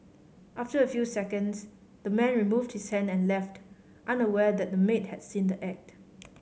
after a few seconds the man removed his hand and left unaware that the maid had seen the act